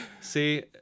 See